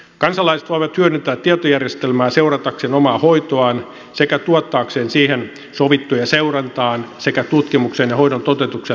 kansalaiset voivat hyödyntää tietojärjestelmää seuratakseen omaa hoitoaan sekä tuottaakseen siihen sovittuja seurantaan sekä tutkimukseen ja hoidon toteutukseen liittyviä tietoja